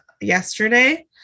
yesterday